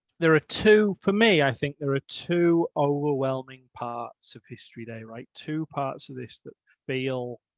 there are two, for me i think, there are two overwhelming parts of history day right two parts of this that feel